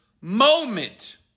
moment